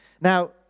Now